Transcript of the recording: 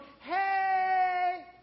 hey